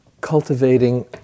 cultivating